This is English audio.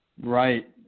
Right